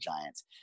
Giants